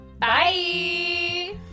bye